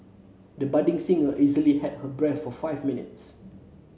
the budding singer easily held her breath for five minutes